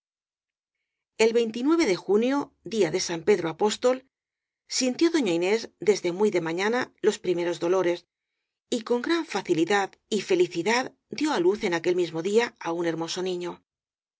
inútiles l de junio día de san pedro apóstol sintió doña inés desde muy de mañana los primeros do lores y con gran facilidad y felicidad dió á luz en aquel mismo día á un hermoso niño